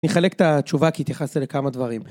נחלק את התשובה כי התייחסת לכמה דברים